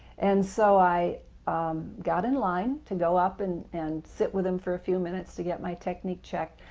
and so i got in line to go up and and sit with him for a few minutes to get my technique checked.